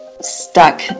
stuck